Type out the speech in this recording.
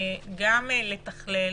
גם לתכלל,